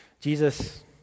Jesus